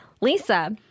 Lisa